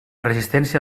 resistència